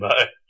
Bye